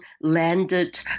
landed